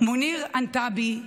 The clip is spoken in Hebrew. מוניר ענבתאוי,